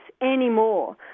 anymore